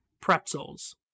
pretzels